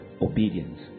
Obedience